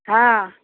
हँ